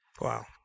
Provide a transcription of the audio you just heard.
Wow